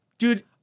Dude